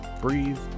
breathe